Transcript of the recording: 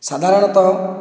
ସାଧାରଣତଃ